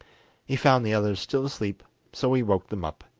he found the others still asleep, so he woke them up,